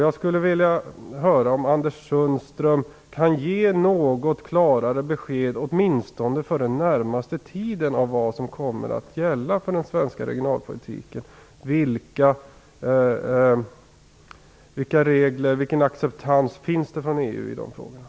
Jag skulle vilja höra om Anders Sundström kan ge något klarare besked åtminstone för den närmaste tiden om vad som kommer att gälla för den svenska regionalpolitiken. Vilken acceptans föreligger från EU:s sida i de frågorna?